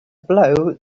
blow